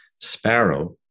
Sparrow